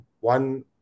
one